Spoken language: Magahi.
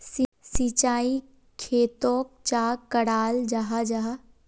सिंचाई खेतोक चाँ कराल जाहा जाहा?